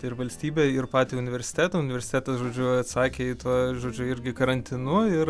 ir valstybę ir patį universitetą universitetas žodžiu atsakė į tuo žodžiu irgi karantinu ir